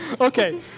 Okay